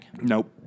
Nope